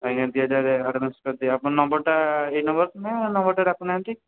ଆଜ୍ଞା ଦୁଇ ହଜାର ଆଡ଼ଭାନ୍ସ କରିଦେବି ଆପଣଙ୍କ ନମ୍ବରଟା ଏଇ ନମ୍ବର ନା ନମ୍ବରଟା ଡାକୁନାହାଁନ୍ତି